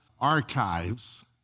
archives